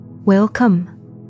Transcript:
Welcome